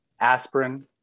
Aspirin